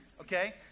okay